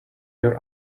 your